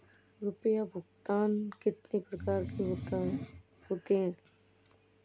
रुपया भुगतान कितनी प्रकार के होते हैं?